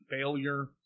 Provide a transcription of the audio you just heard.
failure